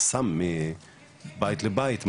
סם מבית לבית,